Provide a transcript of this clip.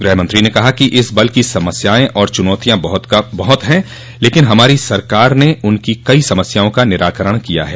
गृहमंत्री ने कहा कि इस बल की समस्यायें और चुनौतिया बहुत हैं लेकिन हमारी सरकार ने उनकी कई समस्याओं का निराकरण किया है